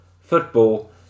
football